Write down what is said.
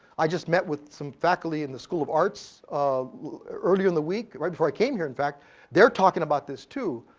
i just met with some faculty in the school of arts, earlier in the week right before i came here in fact they're talking about this too,